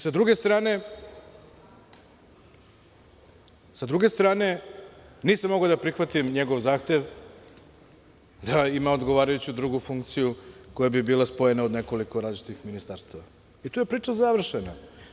S druge strane, nisam mogao da prihvatim njegov zahtev da ima odgovarajuću drugu funkciju koja bi bila spojena od nekoliko različitih ministarstava i tu je priča završena.